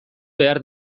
behar